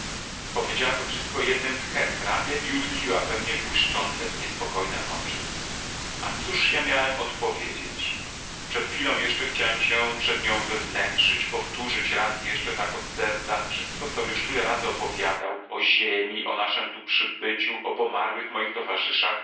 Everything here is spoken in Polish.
powiedziała to wszystko jednym tchem prawie i utkwiła we mnie błyszczące i niespokojne oczy a cóż ja miałem odpowiedzieć przed chwilą jeszcze chciałem się przed nią wywnętrzyć powtórzyć raz jeszcze tak od serca wszystko com już tyle razy opowiadał o ziemi o naszem tu przybyciu o pomarłych moich towarzyszach